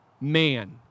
man